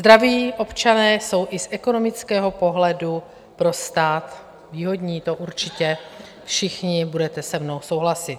Zdraví občané jsou i z ekonomického pohledu pro stát výhodní, to určitě všichni budete se mnou souhlasit.